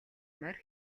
морь